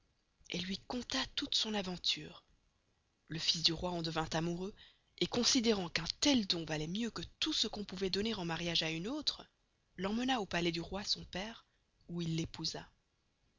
elle luy conta toute son avanture le fils du roi en devint amoureux et considerant qu'un tel don valoit mieux que tout ce qu'on pouvoit donner en mariage à une autre l'emmena au palais du roi son pere où il l'épousa